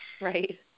Right